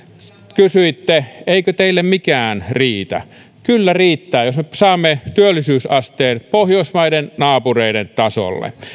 kysyitte eikö meille mikään riitä kyllä riittää jos me saamme työllisyysasteen pohjoismaiden naapureiden tasolle